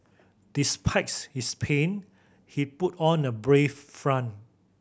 despite his pain he put on a brave front